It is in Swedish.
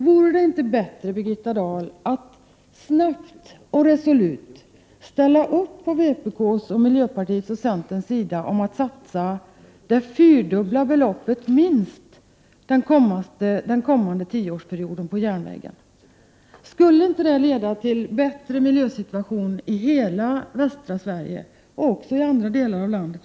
Vore det inte bättre, Birgitta Dahl, att snabbt och resolut ställa upp på vpk:s, miljöpartiets och centerns sida och satsa minst det fyrdubbla beloppet på järnvägen under den kommande tioårsperioden? Skulle inte detta leda till en bättre miljösituation i hela västra Sverige — och även i andra delar av landet?